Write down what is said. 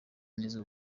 neza